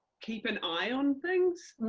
keep an eye on things.